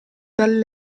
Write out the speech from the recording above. dal